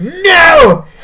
no